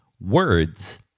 Words